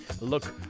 look